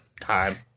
Time